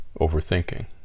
overthinking